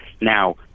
Now